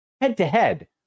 head-to-head